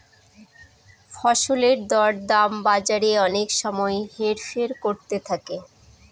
ফসলের দর দাম বাজারে অনেক সময় হেরফের করতে থাকে